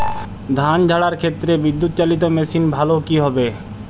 ধান ঝারার ক্ষেত্রে বিদুৎচালীত মেশিন ভালো কি হবে?